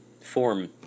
form